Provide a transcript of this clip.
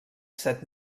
set